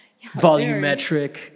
Volumetric